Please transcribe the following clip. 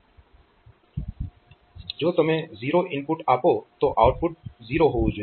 તો જો તમે 0 ઇનપુટ આપો તો આઉટપુટ 0 હોવું જોઈએ